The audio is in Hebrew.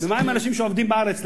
ומה עם אנשים שעובדים בארץ,